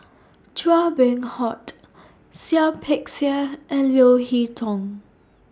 Chua Beng Huat Seah Peck Seah and Leo Hee Tong